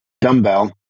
dumbbell